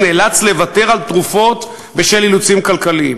נאלץ לוותר על תרופות בשל אילוצים כלכליים,